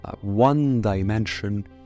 one-dimension